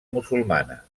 musulmana